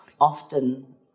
often